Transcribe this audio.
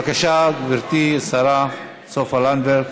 בבקשה, גברתי השרה סופה לנדבר,